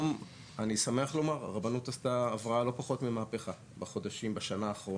אני שמח לומר שהיום הרבנות עברה לא פחות ממהפכה בשנה האחרונה,